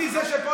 אני זה שפה,